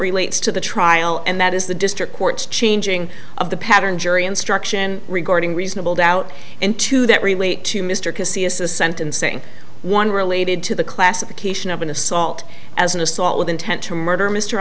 relates to the trial and that is the district court changing of the pattern jury instruction regarding reasonable doubt and to that relate to mr casey as the sentencing one related to the classification of an assault as an assault with intent to murder mystery